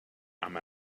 amb